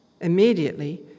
Immediately